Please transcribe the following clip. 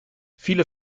viele